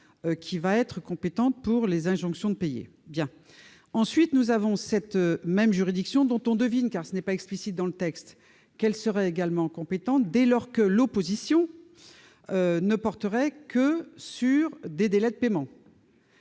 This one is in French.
qui sera compétente pour les injonctions de payer, dont on devine, car ce n'est pas explicite dans le texte, qu'elle sera également compétente dès lors que l'opposition ne porterait que sur des délais de paiement,